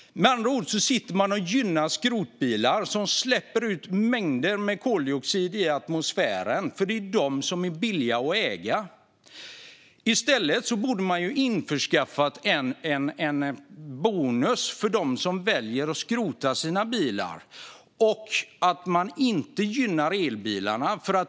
Med andra ord sitter man och gynnar skrotbilar som släpper ut mängder med koldioxid i atmosfären, för det är de som är billiga att äga. I stället borde man införskaffa en bonus för dem som väljer att skrota sina bilar. Och man borde inte gynna elbilarna.